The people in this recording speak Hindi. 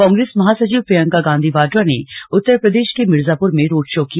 कांग्रेस महासचिव प्रियंका गांधी वाड्रा ने उत्तर प्रदेश के मिर्जापुर में रोड शो किया